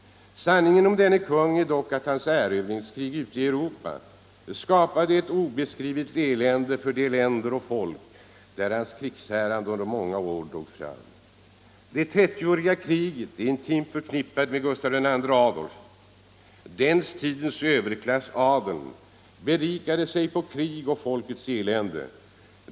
Sanningen om denne kung är att hans erövringskrig ute i Europa skapade ett obeskrivligt elände för de länder och folk där hans krigshärar under många år drog fram. Trettioåriga kriget är intimt förknippat med Gustav II Adolf. Den tidens överklass, adeln, berikade sig på krig och folkets elände.